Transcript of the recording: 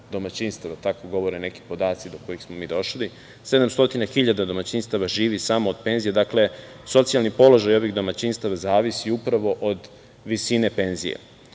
domaćinstava, tako govore neki podaci do kojih smo mi došli, živi samo od penzije. Dakle, socijalni položaj ovih domaćinstava zavisi upravo od visine penzije.U